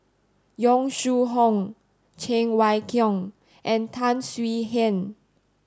Yong Shu Hoong Cheng Wai Keung and Tan Swie Hian